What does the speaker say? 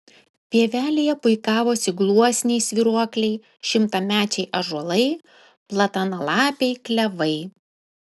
pievelėje puikavosi gluosniai svyruokliai šimtamečiai ąžuolai platanalapiai klevai